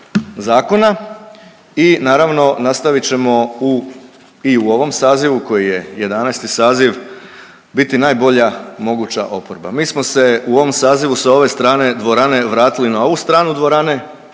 zakona i, naravno, nastavit ćemo u, i u ovom sazivu, koji je 11. saziv biti najbolja moguća oporba. Mi smo se u ovom sazivu s ove strane dvorane vratili na ovu stranu dvorane